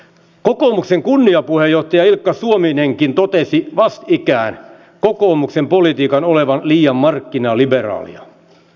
kokoomuksen kunniapuheenjohtaja ilkka suominenkin totesi vastikään kokoomuksen politiikan olevan liian markkinaliberaalia